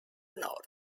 north